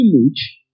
image